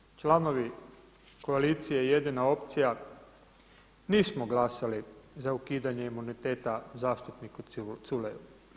Dakle, mi članovi koalicije „Jedina opcija“ nismo glasali za ukidanje imuniteta zastupniku Culeju.